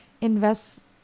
Invest